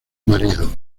marido